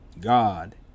God